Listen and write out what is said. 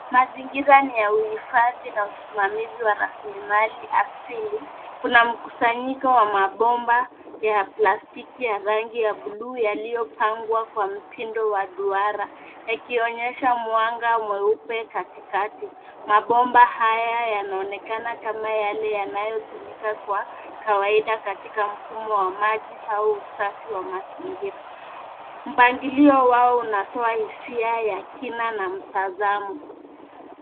Mazingira ni ya uhifadhi na usimamizi wa rasilimali asili. Kuna mkusanyiko wa mabomba ya plastiki ya rangi ya bluu yaliyopangwa kwa mtindo wa duara, ikionyesha mwanga mweupe katikati. Mabomba haya yanaonekana kama yale yanayotumika kwa kawaida katika mfumo wa maji au usafi wa mazingira. Mpangilio wao unatoa hisia ya kina na mtazamo.